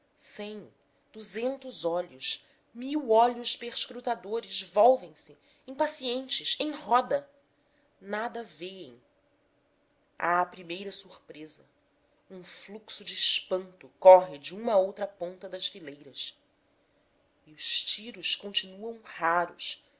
cem duzentos olhos mil olhos perscrutadores volvem se impacientes em roda nada vêem há a primeira surpresa um fluxo de espanto corre de uma a outra ponta das fileiras e os tiros continuam raros